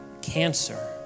cancer